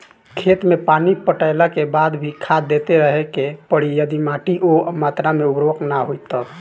खेत मे पानी पटैला के बाद भी खाद देते रहे के पड़ी यदि माटी ओ मात्रा मे उर्वरक ना होई तब?